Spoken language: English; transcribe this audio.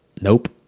Nope